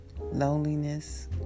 loneliness